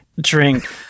drink